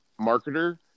marketer